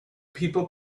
people